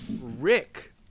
Rick